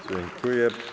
Dziękuję.